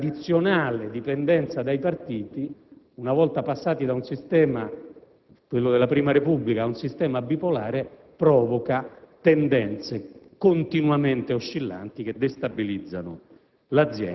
la tradizionale dipendenza dai partiti, una volta passati dal sistema della prima Repubblica ad un sistema bipolare, provoca tendenze continuamente oscillanti, che destabilizzano